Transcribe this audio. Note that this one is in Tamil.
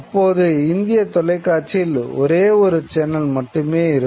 அப்போது இந்திய தொலைக்காட்சியில் ஒரே ஒரு சேனல் மட்டும் இருக்கும்